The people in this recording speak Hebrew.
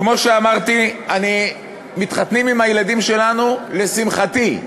כמו שאמרתי, מתחתנים עם הילדים שלנו, לשמחתי,